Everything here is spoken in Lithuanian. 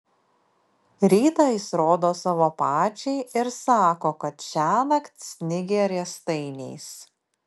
rytą jis rodo savo pačiai ir sako kad šiąnakt snigę riestainiais